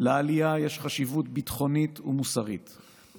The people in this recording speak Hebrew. לעלייה יש חשיבות ביטחונית ומוסרית,